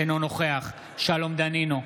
אינו נוכח שלום דנינו,